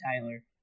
Tyler